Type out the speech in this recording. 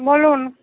বলুন